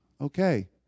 okay